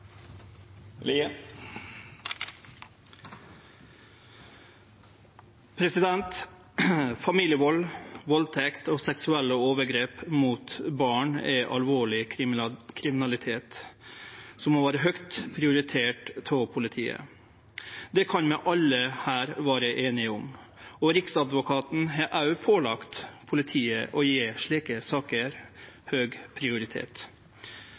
Familievald, valdtekt og seksuelle overgrep mot barn er alvorleg kriminalitet som må vere høgt prioritert av politiet. Det kan vi alle her vere einige om. Riksadvokaten har òg pålagt politiet å gje slike saker høg prioritet.